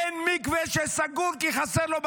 אין מקווה שסגור כי חסרה לו בלנית,